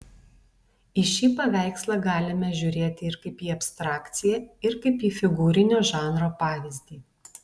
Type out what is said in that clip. į šį paveikslą galime žiūrėti ir kaip į abstrakciją ir kaip į figūrinio žanro pavyzdį